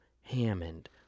Hammond